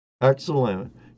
Excellent